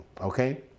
Okay